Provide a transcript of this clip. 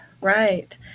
right